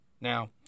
Now